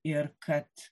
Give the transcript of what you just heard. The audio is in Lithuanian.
ir kad